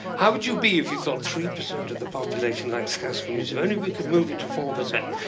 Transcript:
how would you be? if you thought, three percent of the population likes classical music, if only we could move it to four percent.